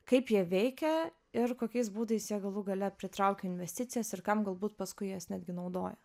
kaip jie veikia ir kokiais būdais jie galų gale pritraukia investicijas ir kam galbūt paskui jas netgi naudoja